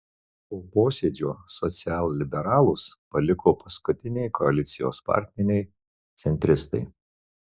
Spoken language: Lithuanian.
po posėdžio socialliberalus paliko paskutiniai koalicijos partneriai centristai